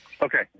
Okay